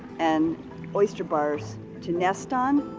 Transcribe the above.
and oyster bars to nest on.